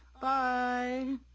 Bye